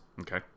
Okay